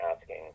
asking